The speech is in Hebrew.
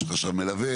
יש לך שם מלווה.